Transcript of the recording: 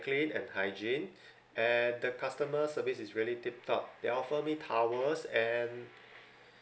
clean and hygiene and the customer service is really tiptop they offer me towels and